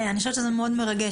אני חושבת שזה מאוד מרגש.